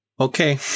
Okay